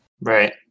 Right